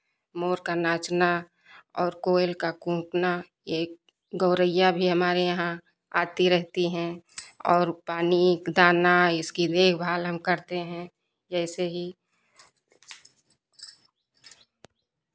मोर का नाचना और कोयल का कुहुँकना एक गोरैया भी हमारे यहाँ आती रहती हैं और पानी दाना इसकी देखभाल हम करते हैं जैसे ही